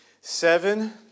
seven